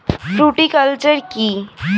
Fruticulture কী?